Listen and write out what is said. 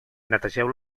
netegeu